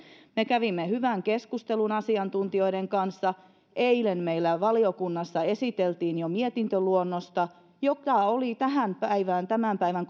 me kävimme hyvän keskustelun asiantuntijoiden kanssa eilen meillä valiokunnassa esiteltiin jo mietintöluonnosta jota oli tämän päivän